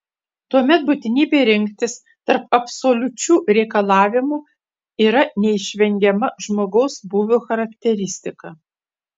tuomet būtinybė rinktis tarp absoliučių reikalavimų yra neišvengiama žmogaus būvio charakteristika